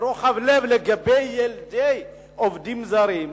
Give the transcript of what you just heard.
רוחב לב לגבי ילדי עובדים זרים,